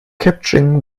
capturing